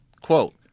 quote